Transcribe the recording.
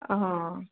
অঁ